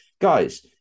guys